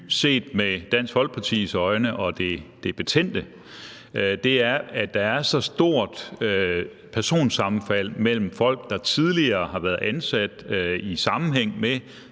set med Dansk Folkepartis øjne er, at der er så stort et personsammenfald mellem folk, der tidligere har været ansat i sammenhæng med